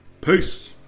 Peace